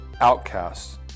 outcasts